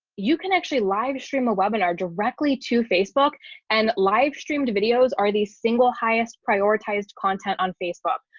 you can actually live stream a webinar directly to facebook and live streamed videos are the single highest prioritized content on facebook.